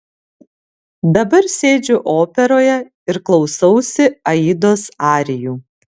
dabar sėdžiu operoje ir klausausi aidos arijų